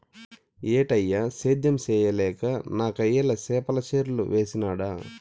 ఏటన్నా, సేద్యం చేయలేక నాకయ్యల చేపల చెర్లు వేసినాడ